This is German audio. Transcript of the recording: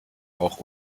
auch